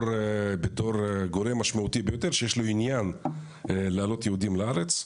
בתור גורם משמעותי ביותר שיש לו עניין לעלות יהודים לארץ,